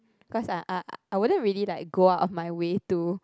cause I uh I wouldn't really like go out of my way to